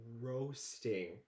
roasting